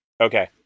Okay